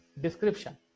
description